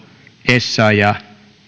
essayah ja